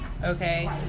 Okay